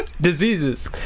Diseases